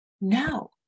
No